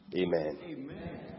Amen